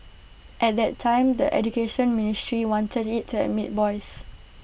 at that time the Education Ministry wanted IT to admit boys